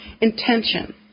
Intention